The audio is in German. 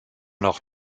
noch